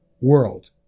world